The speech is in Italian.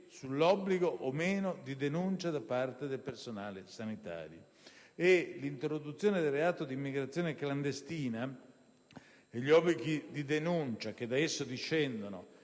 dell'obbligo o meno di denuncia da parte del personale sanitario. L'introduzione del reato di immigrazione clandestina e gli obblighi di denuncia che da esso discendono